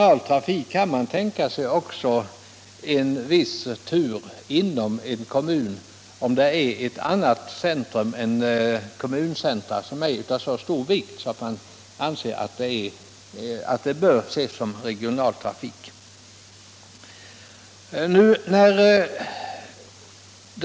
Man kan med andra ord tänka sig att som regional trafik också skall räknas en viss tur inom en kommun, om det gäller ett annat centrum än kommuncentrum och som är av så stor vikt att man anser att trafiken bör räknas som regional.